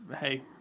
Hey